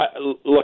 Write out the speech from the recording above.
Look